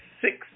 six